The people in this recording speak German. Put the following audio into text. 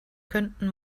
könnten